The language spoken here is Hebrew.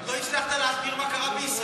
עוד לא הצלחת להסביר מה קרה בישראל,